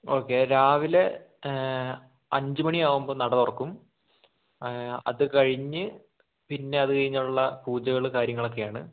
okay രാവിലെ അഞ്ച് മണിയാകുമ്പോൾ നട തുറക്കും അത് കഴിഞ്ഞ് പിന്നെ അത് കഴിഞ്ഞുള്ള പൂജകൾ കാര്യങ്ങളൊക്കെയാണ്